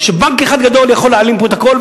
שבנק אחד גדול יכול להעלים פה את הכול,